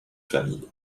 famille